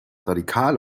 radikal